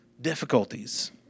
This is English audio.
difficulties